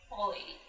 Holy